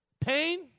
pain